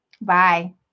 Bye